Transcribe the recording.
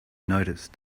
noticed